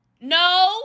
No